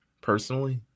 personally